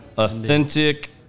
authentic